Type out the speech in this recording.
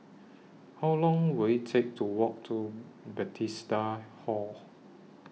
How Long Will IT Take to Walk to Bethesda Hall